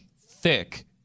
thick